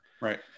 Right